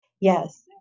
Yes